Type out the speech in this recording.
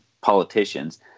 politicians